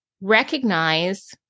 Recognize